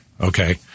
okay